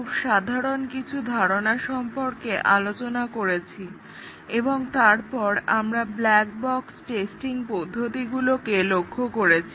এখনো পর্যন্ত আমরা টেস্টিংয়ের খুব সাধারণ কিছু ধারণা সম্পর্কে আলোচনা করেছি এবং তারপর আমরা ব্ল্যাক বক্স টেস্টিং পদ্ধতিগুলোকে লক্ষ্য করেছি